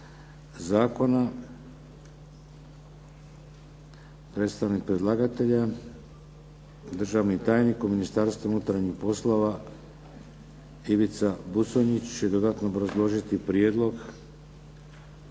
zakona. Predstavnik predlagatelja državni tajnik u Ministarstvu unutarnjih poslova Ivica Buconjić će dodatno obrazložiti prijedlog.